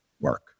work